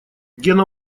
гена